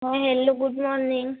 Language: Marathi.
हा हॅलो गुड मॉर्निंग